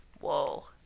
Whoa